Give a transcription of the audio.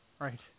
right